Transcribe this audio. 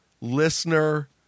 listener